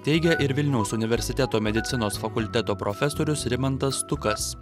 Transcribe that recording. teigia ir vilniaus universiteto medicinos fakulteto profesorius rimantas stukas